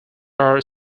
are